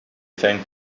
think